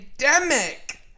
pandemic